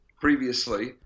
previously